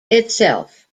itself